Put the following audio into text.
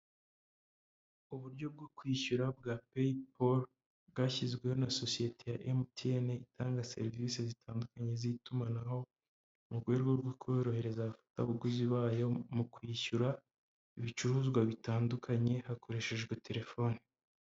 Uburyo bwo kwishyura bwa peyiporu, bwashyizweho na sosiyete ya MTN, itanga serivisi zitandukanye z'itumanaho, mu rwego rwo korohereza abafatabuguzi bayo, mu kwishyura ibicuruzwa bitandukanye, hakoreshejwe telefoni.